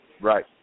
Right